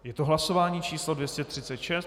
Je to hlasování číslo 236.